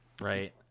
right